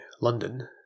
London